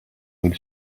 mil